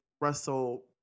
Russell